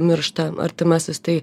miršta artimasis tai